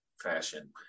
fashion